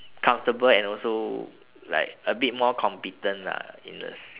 comfortable and also like a bit more competent lah in a s~